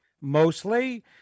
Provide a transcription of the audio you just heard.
mostly